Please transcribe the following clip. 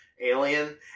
alien